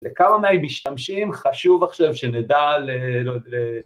לכמה מהשתמשים חשוב עכשיו שנדע ל...